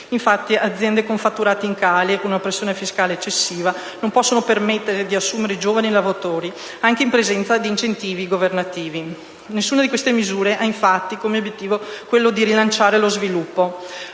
Infatti, aziende con fatturati in calo e un'imposizione fiscale eccessiva non possono permettersi di assumere giovani lavoratori, anche in presenza degli incentivi governativi. Nessuna di queste misure ha infatti come obiettivo quello di rilanciare lo sviluppo.